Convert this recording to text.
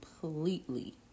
completely